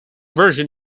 version